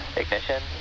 ignition